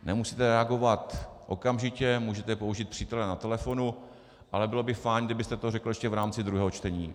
Nemusíte reagovat okamžitě, můžete použít přítele na telefonu, ale by fajn, kdybyste to řekl ještě v rámci druhého čtení.